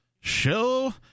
show